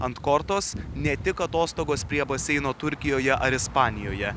ant kortos ne tik atostogos prie baseino turkijoje ar ispanijoje